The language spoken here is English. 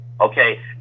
Okay